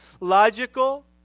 logical